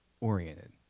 oriented